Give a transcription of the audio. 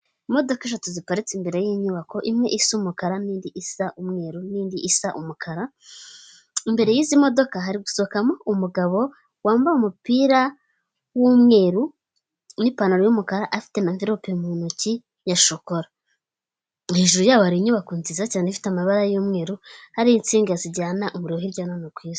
Imodoka eshatu ziparitse imbere y'inyubako imwe isa umakara n'indi isa umweru, n'indi isa umukara. Imbere y'izi modoka hari gusohokamo umugabo wambaye umupira w'umweru n'ipantaro y'umukara afite na mverope mu ntoki ya shokora. Hejuru yabo hari inyubako nziza cyane ifite amabara y'umweru hariho insinga zijyana umuriro hirya no hino ku isi.